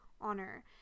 honor